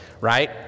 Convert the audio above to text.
Right